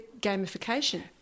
gamification